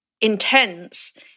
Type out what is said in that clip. intense